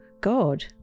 God